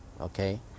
okay